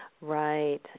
Right